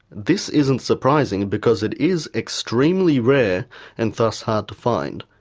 this isn't surprising because it is extremely rare and thus hard to find.